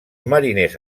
mariners